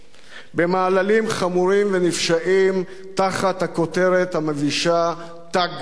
במעללים חמורים ונפשעים תחת הכותרת המבישה "תג מחיר",